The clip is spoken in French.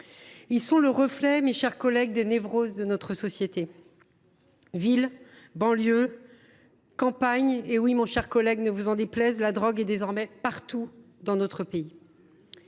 Ils sont le reflet, mes chers collègues, des névroses de notre société. Ville, banlieue, campagne – ne vous en déplaise, mon cher collègue –, la drogue est désormais partout dans notre pays.